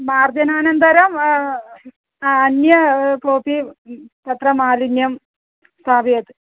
मार्जनानन्तरं अन्ये कोपि तत्र मालिन्यं स्थापयत्